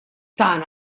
tagħna